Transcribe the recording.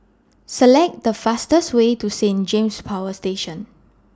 Select The fastest Way to Saint James Power Station